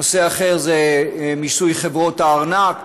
נושא אחר זה מיסוי חברות הארנק.